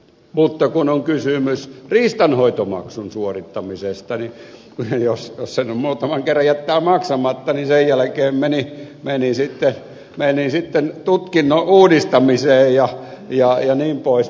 mutta kun on kysymys riistanhoitomaksun suorittamisesta niin jos sen muutaman kerran jättää maksamatta niin sen jälkeen meni sitten tutkinnon uudistamiseen jnp